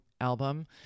album